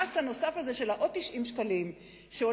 המס הנוסף הזה של 90 השקלים שהולך